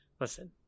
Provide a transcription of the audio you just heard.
listen